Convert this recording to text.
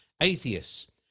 atheists